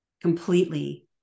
completely